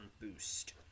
boost